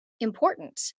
important